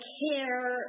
care